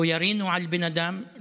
לא ירינו על בן אדם,